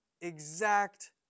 exact